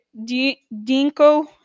Dinko